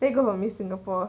main go for miss singapore